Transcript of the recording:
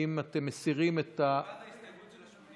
האם אתם מסירים את, מלבד ההסתייגות של ה-80